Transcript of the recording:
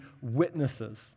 witnesses